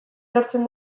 lortzen